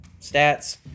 stats